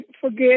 forget